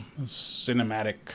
cinematic